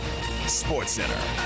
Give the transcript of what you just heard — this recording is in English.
SportsCenter